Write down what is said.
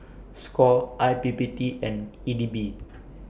SCORE I P P T and E D B